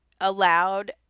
allowed